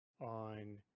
on